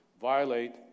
violate